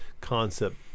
concept